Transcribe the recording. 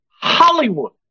Hollywood